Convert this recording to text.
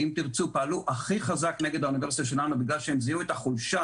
"אם תרצו" פעלו הכי חזק נגד האוניברסיטה בגלל שהם זיהו את החולשה.